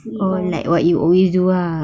oh like what you always do ah